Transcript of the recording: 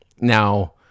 now